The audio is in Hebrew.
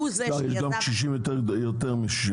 זה --- יש גם קשישים בני יותר מ-64.